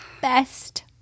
best